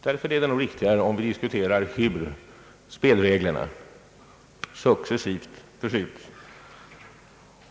Därför är det nog riktigare, om vi diskuterar hur spelreglerna för att använda herr Wallmarks term successivt förändras.